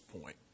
point